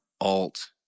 alt